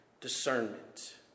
discernment